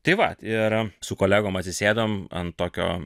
tai vat ir su kolegom atsisėdom ant tokio